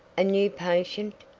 a new patient?